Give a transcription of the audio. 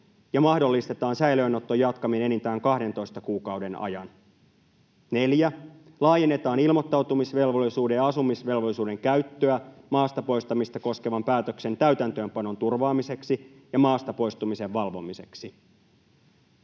ja mahdollistetaan säilöönoton jatkaminen enintään 12 kuukauden ajan.” 4) ”Laajennetaan ilmoittautumisvelvollisuuden ja asumisvelvollisuuden käyttöä maasta poistamista koskevan päätöksen täytäntöönpanon turvaamiseksi ja maasta poistumisen valvomiseksi.”